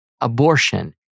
abortion